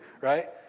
right